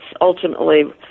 ultimately